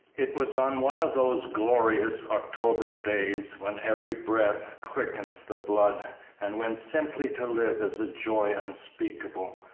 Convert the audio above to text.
it was on one of those glorious october days, when every breath quickens the blood and when simply to live is a joy unspeakable,